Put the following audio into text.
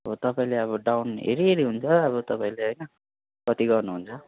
अब तपाईँले अब डाउन हेरि हेरि हुन्छ अब तपाईँले होइन तपाईँले कति गर्नुहुन्छ